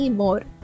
more